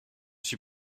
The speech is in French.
suis